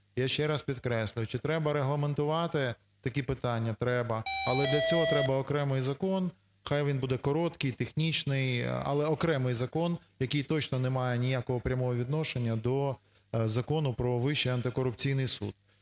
Я ще раз підкреслю, чи треба регламентувати такі питання? Треба. Але для цього треба окремий закон, нехай він буде короткий, технічний, але окремий закон, який точно не має ніякого прямого відношення до Закону про Вищий антикорупційний суд.